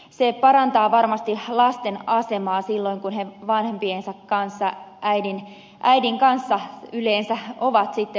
se parantaa varmasti lasten asemaa silloin kun he vanhempiensa kanssa äidin kanssa yleensä ovat vankilassa